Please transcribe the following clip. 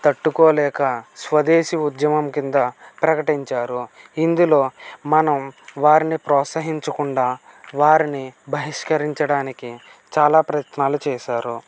తట్టుకోలేక స్వదేశీ ఉద్యమం కింద ప్రకటించారు ఇందులో మనం వారిని ప్రోత్సహించకుండా వారిని బహిష్కరించడానికి చాలా ప్రయత్నాలు చేశారు